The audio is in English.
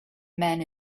men